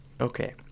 Okay